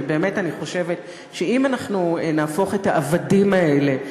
ובאמת אני חושבת שאם אנחנו נהפוך את העבדים האלה,